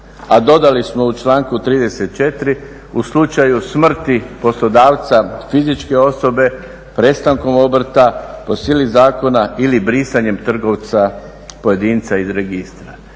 a dodali smo u članku 34. u slučaju smrti poslodavca, fizičke osobe, prestankom obrta po sili zakona ili brisanjem trgovca pojedinca iz registra.